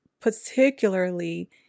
particularly